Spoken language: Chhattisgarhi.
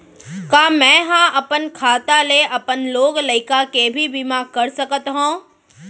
का मैं ह अपन खाता ले अपन लोग लइका के भी बीमा कर सकत हो